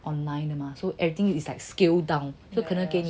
online mah so everything is like scale down so 可能给你